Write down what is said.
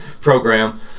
program